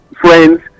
friends